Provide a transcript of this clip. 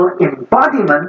embodiment